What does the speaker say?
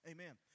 Amen